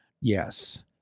Yes